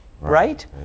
right